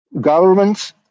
Governments